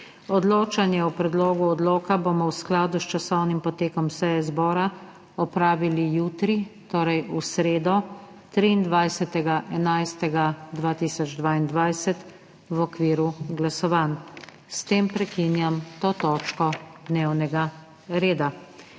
Odločanje o predlogu odloka bomo v skladu s časovnim potekom seje zbora opravili jutri, torej v sredo, 23. 11. 2022, v okviru glasovanj. S tem prekinjam to točko dnevnega reda.